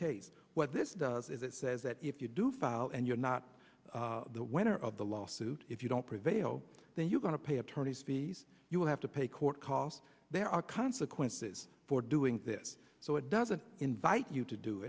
case what this does is it says that if you do file and you're not the winner of the lawsuit if you don't prevail then you're going to pay attorney's fees you'll have to pay court costs there are consequences for doing this so it doesn't invite you to do